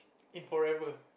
in forever